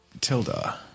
Tilda